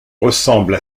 ressemble